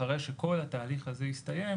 אחרי שכל התהליך הזה יסתיים,